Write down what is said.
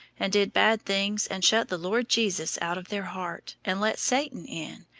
and did bad things and shut the lord jesus out of their heart, and let satan in,